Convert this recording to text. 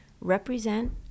represent